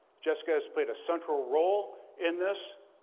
jessica has played a central role in this,